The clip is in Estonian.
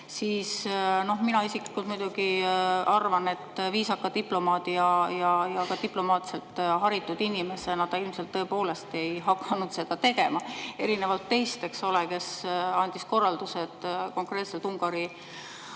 Mina isiklikult muidugi arvan, et viisaka diplomaadi ja diplomaatselt haritud inimesena ta ilmselt tõepoolest ei hakanud seda tegema, erinevalt teist, kes te andsite korralduse konkreetselt Ungari